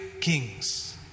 kings